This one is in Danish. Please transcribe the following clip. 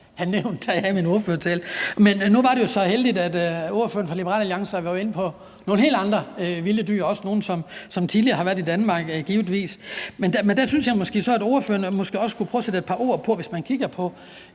det så heldigt, at ordføreren for Liberal Alliance kom ind på nogle helt andre vilde dyr, også nogle, som tidligere har været i Danmark givetvis. Der synes jeg måske så, at ordføreren skulle prøve at sætte et par ord på, at vi i over 100